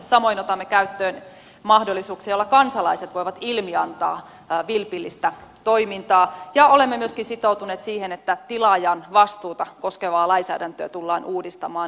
samoin otamme käyttöön mahdollisuuksia joilla kansalaiset voivat ilmiantaa vilpillistä toimintaa ja olemme myöskin sitoutuneet siihen että tilaajan vastuuta koskevaa lainsäädäntöä tullaan uudistamaan